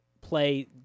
play